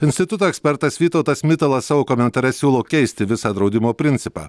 instituto ekspertas vytautas mitalas savo komentare siūlo keisti visą draudimo principą